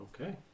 Okay